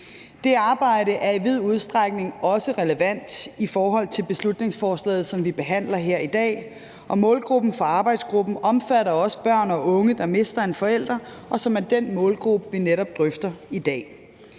Det arbejde er i vid udstrækning også relevant i forhold til beslutningsforslaget, som vi behandler her i dag, og målgruppen for arbejdsgruppen omfatter også børn og unge, der mister en forælder, og som er den målgruppe, vi netop drøfter i dag.